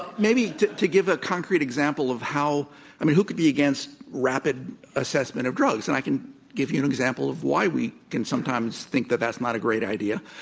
maybe to give a concrete example of how i mean, who could be against rapid assessment of drugs? and i can give you an example of why we can sometimes think that that's not a great idea.